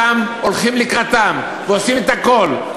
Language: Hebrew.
שם הולכים לקראתם ועושים את הכול,